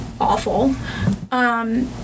awful